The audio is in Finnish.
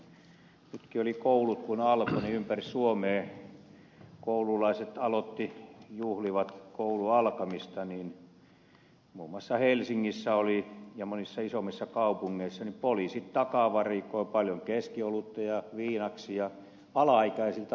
nytkin kun koulut alkoivat niin ympäri suomea koululaiset juhlivat koulun alkamista niin muun muassa helsingissä ja monissa isommissa kaupungeissa poliisit takavarikoivat paljon keskiolutta ja viinaksia alaikäisiltä lapsilta